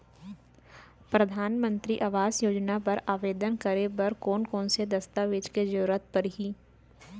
परधानमंतरी आवास योजना बर आवेदन करे बर कोन कोन से दस्तावेज के जरूरत परही?